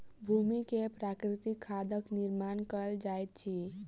भूमि में प्राकृतिक खादक निर्माण कयल जाइत अछि